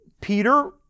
Peter